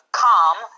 calm